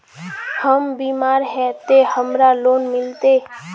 हम बीमार है ते हमरा लोन मिलते?